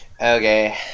Okay